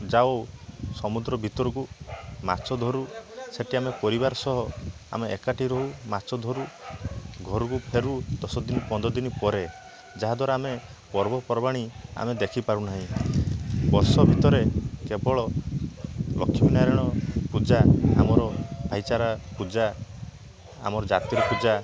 ଯାଉ ସମୁଦ୍ର ଭିତରକୁ ମାଛ ଧରୁ ସେଠି ଆମେ ପରିବାର ସହ ଆମେ ଏକାଠି ରହୁ ମାଛ ଧରୁ ଘରୁକୁ ଫେରୁ ଦଶ ଦିନ ପନ୍ଦର ଦିନ ପରେ ଯାହାଦ୍ୱାରା ଆମେ ପର୍ବପର୍ବାଣି ଆମେ ଦେଖିପାରୁ ନାହିଁ ବର୍ଷ ଭିତରେ କେବଳ ଲକ୍ଷ୍ମୀନାରାୟଣ ପୂଜା ଆମର ଭାଇଚାରା ପୂଜା ଆମର ଜାତିର ପୂଜା